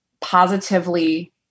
positively